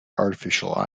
artificial